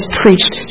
preached